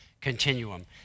continuum